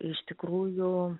iš tikrųjų